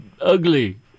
Ugly